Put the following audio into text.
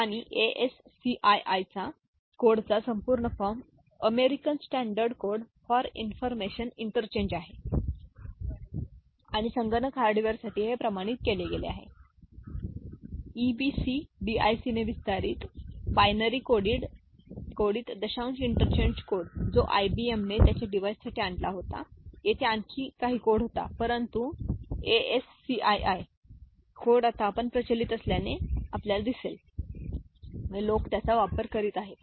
आणि ASCII कोडचा संपूर्ण form American standard code for information interchange आहे आहे आणि संगणक हार्डवेअरसाठी हे प्रमाणित केले आहे ठीक आहे EBCDIC ने विस्तारित बायनरी कोडित दशांश इंटरचेंज कोड जो IBM ने त्याच्या डिव्हाइससाठी आणला होता तेथे आणखी काही कोड होता परंतु हा ASCII कोड आता आपण प्रचलित असल्याचे आपल्याला दिसेल आणि आपल्याला माहित आहे की लोक त्याचा वापर करीत आहेत